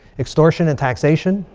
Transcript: extortion and taxation.